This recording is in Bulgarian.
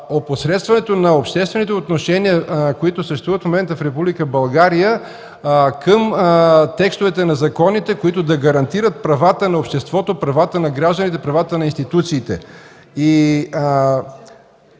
опосредстването на обществените отношения, които съществуват в момента в Република България, към текстовете на законите, които да гарантират правата на обществото, на гражданите, на институциите.